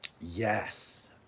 yes